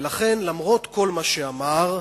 ולכן למרות כל מה שאמר,